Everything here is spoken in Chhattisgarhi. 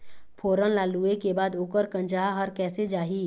फोरन ला लुए के बाद ओकर कंनचा हर कैसे जाही?